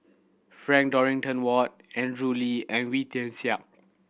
Frank Dorrington Ward Andrew Lee and Wee Tian Siak